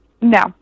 No